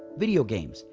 video games,